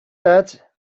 that